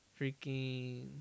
freaking